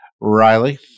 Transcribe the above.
Riley